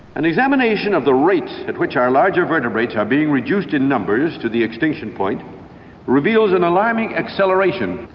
an examination of the rate at which our larger vertebrates are being reduced in numbers to the extinction point reveals an alarming acceleration.